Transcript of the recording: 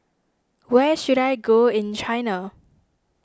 where should I go in China